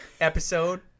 episode